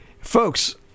Folks